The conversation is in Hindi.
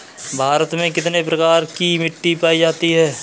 भारत में कितने प्रकार की मिट्टी पायी जाती है?